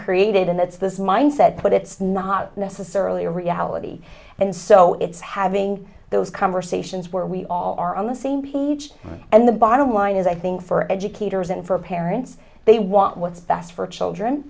created and that's this mindset but it's not necessarily or ality and so it's having those conversations where we all are on the same page and the bottom line is i think for educators and for parents they want what's best for children